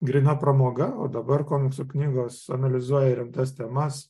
gryna pramoga o dabar komiksų knygos analizuoja rimtas temas